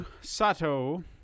Sato